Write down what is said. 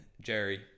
Jerry